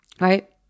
Right